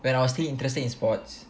when I still interested in sports